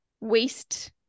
waste